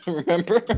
remember